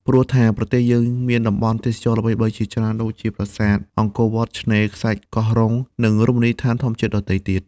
ព្រោះថាប្រទេសយើងមានតំបន់ទេសចរណ៍ល្បីៗជាច្រើនដូចជាប្រាសាទអង្គរវត្ត ឆ្នេរខ្សាច់កោះរុង និងរមណីយដ្ឋានធម្មជាតិដទៃទៀត។